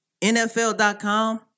NFL.com